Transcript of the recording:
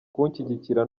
kunshyigikira